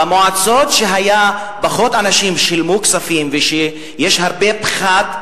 במועצות שפחות אנשים שילמו כספים ויש הרבה פחת,